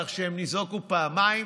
ככה שהם ניזוקו פעמיים.